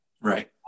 Right